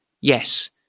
Yes